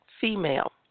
female